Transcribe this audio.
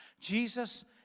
Jesus